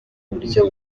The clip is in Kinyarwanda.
buryo